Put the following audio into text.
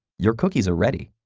your cookies are ready.